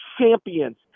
champions